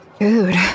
Dude